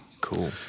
Cool